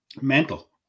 Mental